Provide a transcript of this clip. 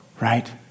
Right